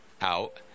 out